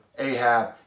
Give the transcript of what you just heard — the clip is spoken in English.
Ahab